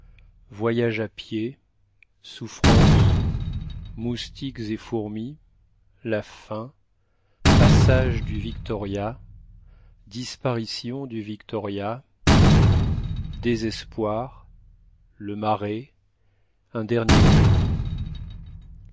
voyage à pied souffrances moustiques et fourmis la faim passage du victoria disparition du victoria désespoir le marais un dernier cri